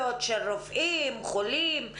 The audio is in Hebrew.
הדבר הזה חוזר על עצמו אחת לרבעון.